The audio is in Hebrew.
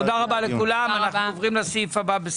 הישיבה נעולה.